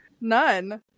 None